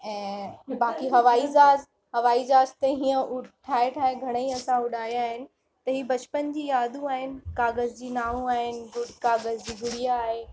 ऐं बाकी हवाई जहाज़ हवाई जहाज़ ते हीअं ठाहे ठाहे घणेईं असां उॾाया आहिनि त हीउ बचपन जी यादूं आहिनि कागज़ जी नांव आहिनि गुड़ कागज़ जी गुड़िया आहे